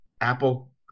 apple